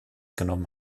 genommen